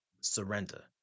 surrender